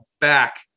back